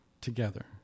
together